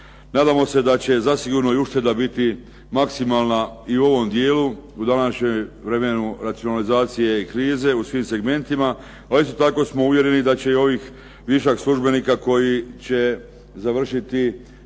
Nadamo se da će zasigurno i ušteda biti maksimalna i u ovom dijelu, u današnjem vremenu racionalizacije i krize, u svim segmentima, ali isto tako smo uvjereni da će i ovih višak službenika koji će završiti